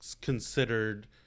considered